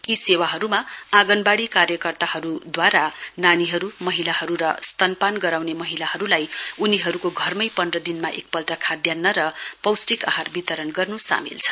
यी सेवाहरूमा आँगनवाडी कार्यकर्ताहरूद्वारा नानीहरू महिलाहरू र स्तनपान गराउने महिलाहरूलई उनीहरूको घरमै पन्ध्र दिनमा एकपल्ट खाध्यान्न र पौष्टिक आहार वितरण गर्न् सामेल छ